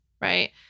right